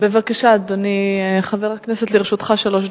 בבקשה, אדוני חבר הכנסת, לרשותך שלוש דקות.